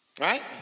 Right